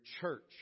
church